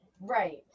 right